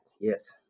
yes